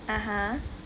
(uh huh)